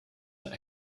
that